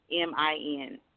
M-I-N